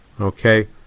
Okay